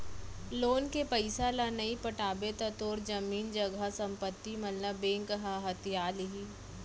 loan के पइसा ल नइ पटाबे त तोर जमीन जघा संपत्ति मन ल बेंक ह हथिया लिही